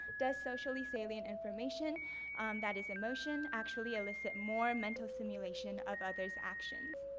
does socially salient information that is emotion, actually elicit more mental simulation of other's actions?